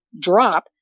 drop